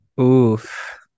Oof